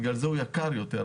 בגלל זה הוא יקר יותר.